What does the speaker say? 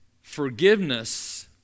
Forgiveness